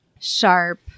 sharp